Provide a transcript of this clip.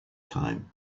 time